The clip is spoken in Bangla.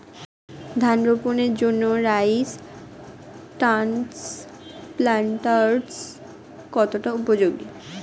ধান রোপণের জন্য রাইস ট্রান্সপ্লান্টারস্ কতটা উপযোগী?